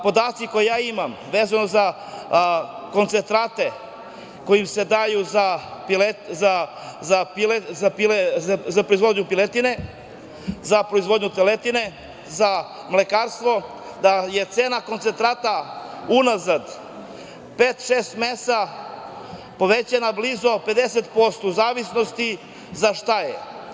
Podaci koje imam vezano za koncentrate koji se daju za proizvodnju piletine, za proizvodnju teletine, za mlekarstvo, da je cena koncentrata unazad pet, šest meseci poveća blizu za 50% u zavisnosti za šta je.